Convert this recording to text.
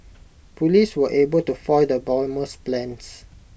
Police were able to foil the bomber's plans